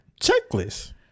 checklist